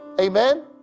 Amen